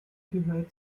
gehört